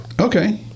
Okay